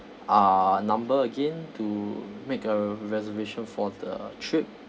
uh number again to make a reservation for the trip